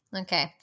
Okay